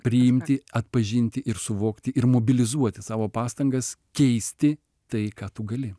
priimti atpažinti ir suvokti ir mobilizuoti savo pastangas keisti tai ką tu gali